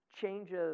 changes